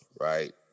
right